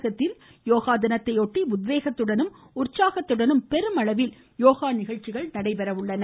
தமிழகத்தில் யோகா தினத்தையொட்டி உத்வேகத்துடனும் உற்சாகத்துடனும் பெருமளவில் யோகா நிகழ்ச்சிகள் நடைபெறுகின்றன